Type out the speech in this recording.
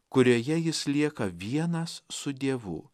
kurioje jis lieka vienas su dievu